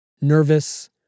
nervous